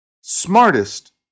smartest